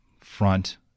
front